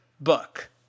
book